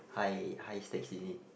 high high stakes in it